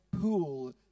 pool